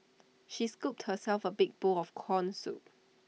she scooped herself A big bowl of Corn Soup